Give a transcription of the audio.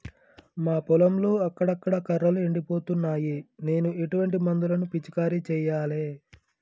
మా పొలంలో అక్కడక్కడ కర్రలు ఎండిపోతున్నాయి నేను ఎటువంటి మందులను పిచికారీ చెయ్యాలే?